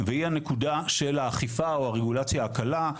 והיא הנקודה של האכיפה או הרגולציה הקלה.